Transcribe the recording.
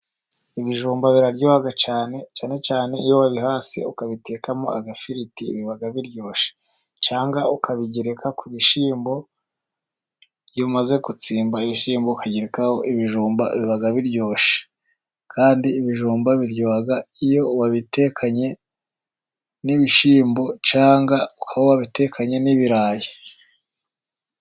Ibijumba biraryoha cyane cyane cyane iyo wabihase, ukabitekamo agafiriti, biba biryoshye. Cyangwa ukabigereka ku bishyimbo, iyo umaze gutsimba ibishyimbo ukagerekaho ibijumba, biba biryoshye. Kandi ibijumba biryoha iyo wabitekanye n'ibishyimbo, cyangwa aho wabitekanye n'ibirayi.